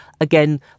Again